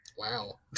Wow